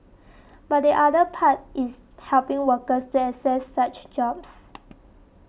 but the other part is helping workers to access such jobs